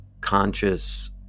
conscious